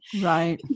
Right